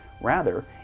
Rather